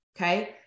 Okay